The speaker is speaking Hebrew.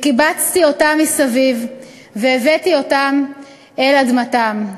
וקבצתי אתם מסביב, והבאתי אותם אל אדמתם,